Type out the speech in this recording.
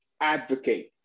advocate